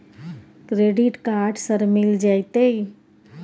Credit card sir मिल जेतै?